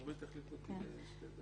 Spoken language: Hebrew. נורית תחליף אותי לשתי דקות.